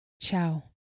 ciao